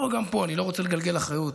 ואני לא רוצה לגלגל אחריות,